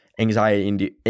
anxiety